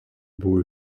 buvo